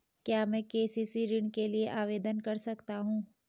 क्या मैं के.सी.सी ऋण के लिए आवेदन कर सकता हूँ?